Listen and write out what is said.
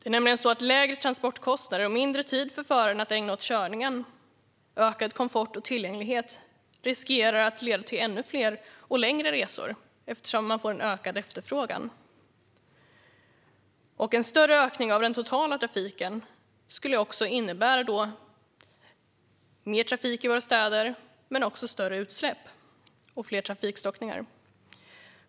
Lägre transportkostnader, mindre tid för föraren att ägna åt körning samt ökad komfort och tillgänglighet riskerar att leda till ännu fler och längre resor eftersom man får en ökad efterfrågan. En större ökning av den totala trafiken skulle innebära mer trafik i våra städer och större utsläpp och fler trafikstockningar.